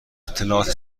اطلاعات